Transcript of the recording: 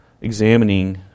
examining